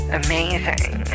amazing